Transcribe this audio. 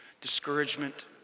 discouragement